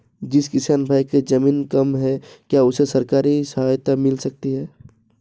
जिस किसान भाई के ज़मीन कम है क्या उसे सरकारी सहायता मिल सकती है?